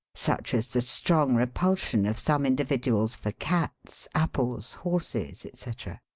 such as the strong repulsion of some individuals for cats, apples, horses, etc.